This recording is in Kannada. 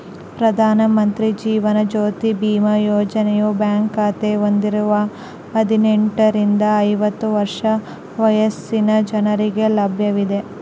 ಪ್ರಧಾನ ಮಂತ್ರಿ ಜೀವನ ಜ್ಯೋತಿ ಬಿಮಾ ಯೋಜನೆಯು ಬ್ಯಾಂಕ್ ಖಾತೆ ಹೊಂದಿರುವ ಹದಿನೆಂಟುರಿಂದ ಐವತ್ತು ವರ್ಷ ವಯಸ್ಸಿನ ಜನರಿಗೆ ಲಭ್ಯವಿದೆ